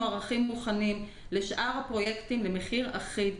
ערכים מוכנים לשאר הפרויקטים במחיר אחיד,